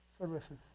services